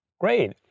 Great